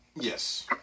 Yes